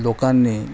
लोकांनी